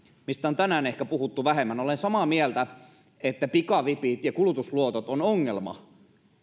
joista on tänään ehkä puhuttu vähemmän olen samaa mieltä siitä että pikavipit ja kulutusluotot ovat ongelma